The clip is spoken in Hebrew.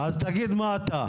אז תגיד מה אתה.